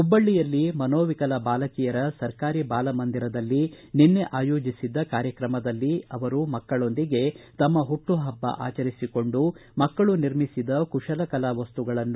ಹುಬ್ಬಳ್ಳಿಯಲ್ಲಿ ಮನೋವಿಕಲ ಬಾಲಕಿಯರ ಸರ್ಕಾರಿ ಬಾಲಮಂದಿರದಲ್ಲಿ ನಿನ್ನೆ ಆಯೋಜಿಸಿದ್ದ ಕಾರ್ಯಕ್ರಮದಲ್ಲಿ ಅವರು ಮಕ್ಕಳೊಂದಿಗೆ ತಮ್ಮ ಹುಟ್ಟು ಹಬ್ಬ ಆಚರಿಸಿಕೊಂಡು ಮಕ್ಕಳು ನಿರ್ಮಿಸಿದ ಕುಶಲ ಕಲಾ ವಸ್ತುಗಳನ್ನು